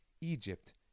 Egypt